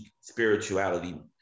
spirituality